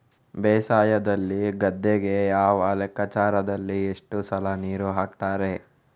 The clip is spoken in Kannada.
ಬೇಸಾಯದಲ್ಲಿ ಗದ್ದೆಗೆ ಯಾವ ಲೆಕ್ಕಾಚಾರದಲ್ಲಿ ಎಷ್ಟು ಸಲ ನೀರು ಹಾಕ್ತರೆ?